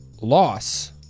loss